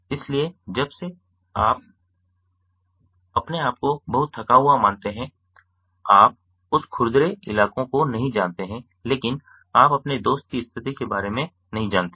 इसलिए जब से आप अपने आप को बहुत थका हुआ मानते हैं आप उस खुरदरे इलाकों को नहीं जानते हैं लेकिन आप अपने दोस्त की स्थिति के बारे में नहीं जानते हैं